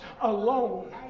alone